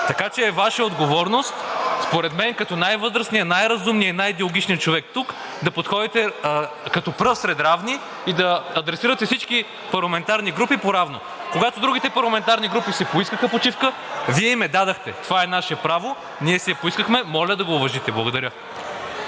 Така че е Ваша отговорност според мен, като най-възрастния, най-разумния и най-диалогичния човек тук, да подходите като пръв сред равни и да адресирате всички парламентарни групи поравно. (Шум и реплики.) Когато другите парламентарни групи си поискаха почивка, Вие им я дадохте. Това е наше право, ние си я поискахме, моля да го уважите. Благодаря.